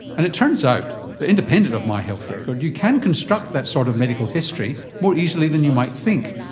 and it turns out that independent of my health record you can construct that sort of medical history more easily than you might think.